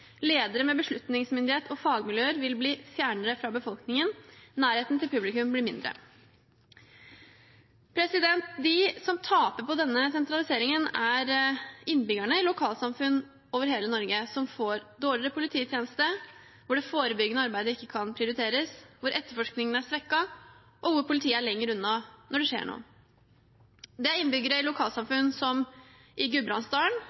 Ledere med beslutningsmyndighet og fagmiljøer vil bli fjernere fra befolkningen. Nærheten til publikum blir mindre.» De som taper på denne sentraliseringen, er innbyggerne i lokalsamfunn over hele Norge, som får en dårligere polititjeneste, hvor det forebyggende arbeidet ikke kan prioriteres, hvor etterforskningen er svekket, og hvor politiet er lenger unna når det skjer noe. Det er innbyggere i lokalsamfunn som i Gudbrandsdalen,